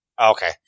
okay